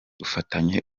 dufatanye